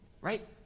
right